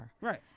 Right